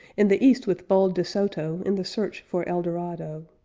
in the east with bold de soto in the search for el dorado,